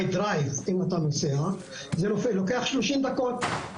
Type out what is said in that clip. אם אתה נוסע זה לוקח שלושים דקות,